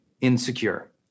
insecure